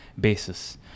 basis